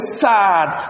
sad